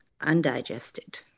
undigested